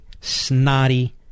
snotty